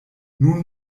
nun